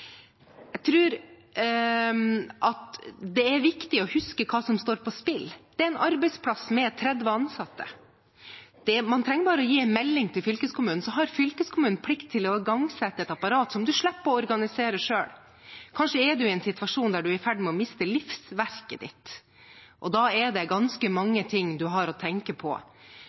Jeg tror det er viktig å huske hva som står på spill. Det er en arbeidsplass med 30 ansatte. Man trenger bare å gi en melding til fylkeskommunen, og da har fylkeskommunen plikt til å igangsette et apparat som man slipper å organisere selv. Kanskje er en i en situasjon der en er i ferd med å miste livsverket sitt, og da er det ganske mange ting en har å tenke på.